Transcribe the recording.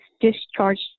discharged